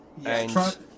Yes